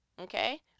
Okay